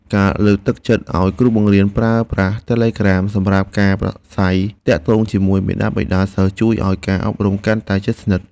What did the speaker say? ការលើកទឹកចិត្តឱ្យគ្រូបង្រៀនប្រើប្រាស់តេឡេក្រាមសម្រាប់ការប្រស្រ័យទាក់ទងជាមួយមាតាបិតាសិស្សជួយឱ្យការអប់រំកាន់តែជិតស្និទ្ធ។